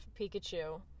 Pikachu